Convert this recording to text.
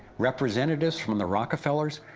representatives from the rockefeller so